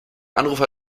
anrufer